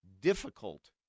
difficult